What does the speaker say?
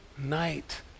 night